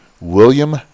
William